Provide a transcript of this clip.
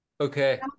Okay